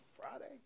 Friday